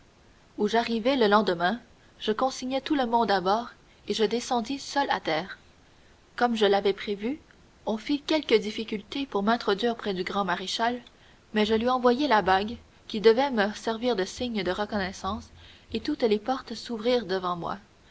où j'arrivai le lendemain je consignai tout le monde à bord et je descendis seul à terre comme je l'avais prévu on fit quelques difficultés pour m'introduire près du grand maréchal mais je lui envoyai la bague qui devait me servir de signe de reconnaissance et toutes les portes s'ouvrirent devant moi